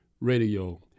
radio